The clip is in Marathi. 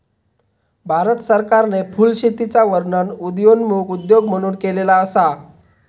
भारत सरकारने फुलशेतीचा वर्णन उदयोन्मुख उद्योग म्हणून केलेलो असा